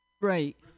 right